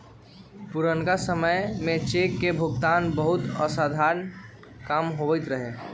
पुरनका समय में चेक के भुगतान बहुते असाध्य काम होइत रहै